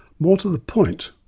more to the point,